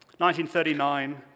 1939